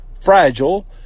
fragile